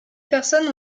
personnes